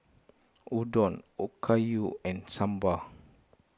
Udon Okayu and Sambar